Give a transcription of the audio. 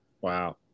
Wow